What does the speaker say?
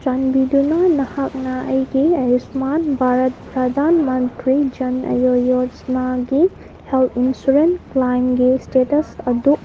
ꯆꯥꯟꯕꯤꯗꯨꯅ ꯅꯍꯥꯛꯅ ꯑꯩꯒꯤ ꯑꯌꯨꯁꯃꯥꯟ ꯚꯥꯔꯠ ꯄ꯭ꯔꯥꯗꯥꯟ ꯃꯟꯇ꯭ꯔꯤ ꯖꯟ ꯑꯌꯣ ꯌꯣꯖꯥꯅꯥꯒꯤ ꯍꯦꯜꯠ ꯏꯟꯁꯨꯔꯦꯟꯁ ꯄ꯭ꯂꯥꯟꯒꯤ ꯏꯁꯇꯦꯇꯁ ꯑꯗꯨ